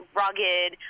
rugged